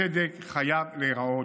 אבל אני אומר, הצדק חייב להיראות,